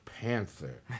panther